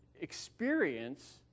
experience